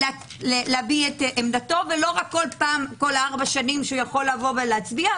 להביע את עמדתו מלבד כל ארבע שנים שהוא יכול להצביע,